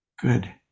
Good